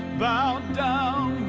bowed down